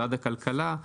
ממשרד הכלכלה,